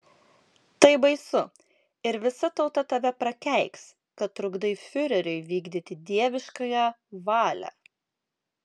tai baisu ir visa tauta tave prakeiks kad trukdai fiureriui vykdyti dieviškąją valią